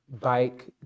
bike